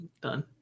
done